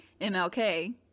mlk